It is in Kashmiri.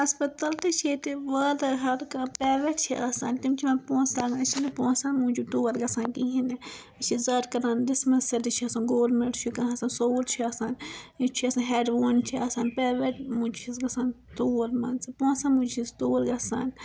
ہَسپَتال تہِ چھِ ییٚتہِ واتان ہر کانٛہہ پِرَیویٹ چھِ آسان تِم چھِ ہٮ۪وان پۅنٛسہٕ اَسہِ چھِنہٕ پۅنٛسَن موٗجوٗب تور گَژھان کِہیٖنٛۍ تہِ اَسہِ چھِ زیادٕ کَران ڈِسمِس تہٕ سٲری چھِ آسان گورمِنٹ چھُ کانٛہہ آسان سووُر چھُ آسان ییٚتہِ چھُ آسان ہیروٗن چھُ آسان پریویٹ مٔنٛزی چھِ گژھان أسۍ تور منٛزٕ پۅنٛسن موٗجوٗب چھِ أسۍ تور گَژھان